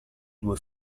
due